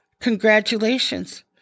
congratulations